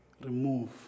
Remove